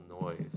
noise